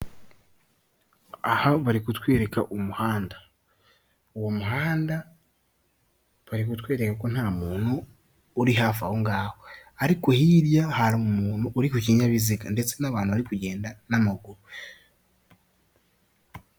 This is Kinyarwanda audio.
Aha barikutwereka umuhanda. Uwo muhanda bari kutwereka ko nta muntu uri hafi ahongaho. Ariko hirya, hari umuntu uri ku kinyabiza ndetse n'abantu bari kugenda n'amaguru.